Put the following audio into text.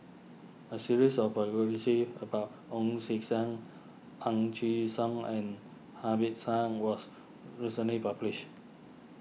a series of biographies about Ong sea Sen Ang chi Siong and Hamid son was recently published